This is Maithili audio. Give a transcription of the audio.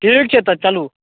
ठीक छै तऽ चलू